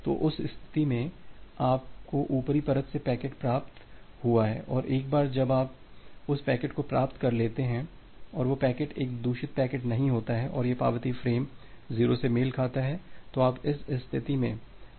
तो उस स्थिति में आपको ऊपरी परत से पैकेट प्राप्त हुआ है और एक बार जब आप उस पैकेट को प्राप्त कर लेते हैं और वह पैकेट एक दूषित पैकेट नहीं होता है और यह पावती फ्रेम 0 से मेल खाता है तो आप इस स्थिति में जा रहे हैं